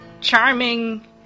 charming